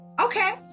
Okay